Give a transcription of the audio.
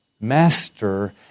Master